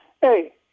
Hey